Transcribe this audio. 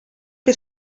que